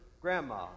Grandma